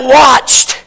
watched